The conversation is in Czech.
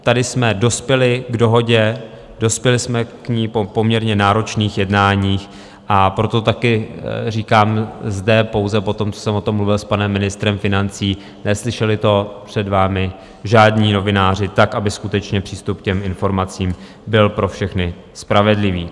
Tady jsme dospěli k dohodě, dospěli jsme k ní po poměrně náročných jednáních, a proto taky říkám zde, pouze po tom, co jsem o tom mluvil s panem ministrem financí, neslyšeli to před vámi žádní novináři, tak aby skutečně přístup k těm informacím byl pro všechny spravedlivý.